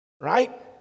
right